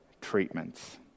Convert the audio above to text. treatments